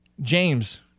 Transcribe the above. James